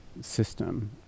system